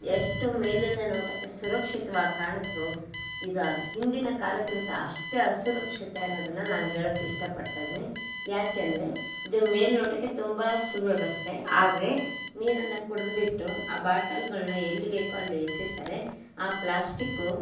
ಎಷ್ಟು ಮೇಲಿನ ನೋಟಕ್ಕೆ ಸುರಕ್ಷಿತ್ವಾಗಿ ಕಾಣುತ್ತೋ ಇದು ಹಿಂದಿನ ಕಾಲಕ್ಕಿಂತ ಅಷ್ಟೇ ಅಸುರಕ್ಷತೆ ಅನ್ನೋದನ್ನ ನಾನು ಹೇಳೋಕ್ಕೆ ಇಷ್ಟಪಡ್ತಾ ಇದ್ದೀನಿ ಯಾಕೆಂದರೆ ಇದು ಮೇಲುನೋಟಕ್ಕೆ ತುಂಬ ಸುವ್ಯವಸ್ಥೆ ಆದರೆ ನೀರನ್ನು ಕುಡಿದ್ಬಿಟ್ಟು ಆ ಬಾಟಲ್ಗಳನ್ನ ಎಲ್ಲಿ ಬೇಕೋ ಅಲ್ಲಿ ಎಸೀತಾರೆ ಆ ಪ್ಲಾಸ್ಟಿಕ್ಕು